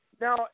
Now